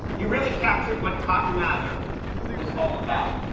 you really captured what cotton mather was all about.